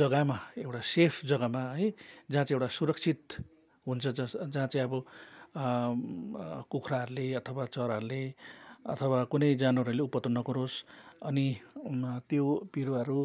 जगामा एउटा सेफ जगामा है जहाँ चाहिँ एउटा सुरक्षित हुन्छ जस जहाँ चाहिँ अब कुखुराहरूले अथवा चराहरूले अथवा कुनै जनावरहरूले उपद्रो नगरोस् अनि त्यो बिरुवाहरू